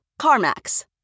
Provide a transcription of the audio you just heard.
CarMax